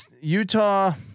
Utah